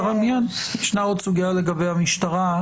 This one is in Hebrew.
ישנה עוד סוגיה לגבי המשטרה,